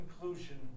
conclusion